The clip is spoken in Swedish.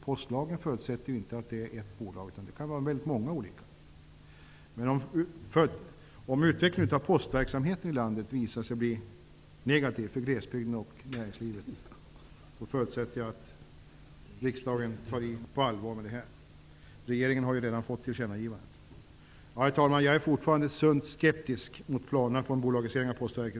Postlagen förutsätter inte att det är ett bolag. Det kan finnas väldigt många olika bolag. Men om utvecklingen av postverksamheten i landet visar sig bli negativ för glesbygden och näringslivet förutsätter jag att riksdagen på allvar tar itu med detta. Regeringen har ju redan fått tillkännagivandet. Herr talman! Jag är fortfarande sunt skeptisk mot planerna på en bolagisering av Postverket.